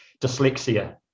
dyslexia